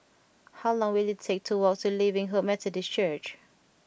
how long will it take to walk to Living Hope Methodist Church